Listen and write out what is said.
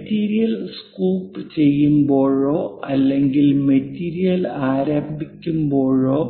material scoop ചെയ്യുമ്പോഴോ അല്ലെങ്കിൽ material ആരംഭിക്കുമ്പോഴോ